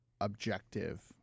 objective